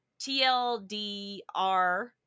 tldr